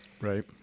Right